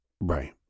right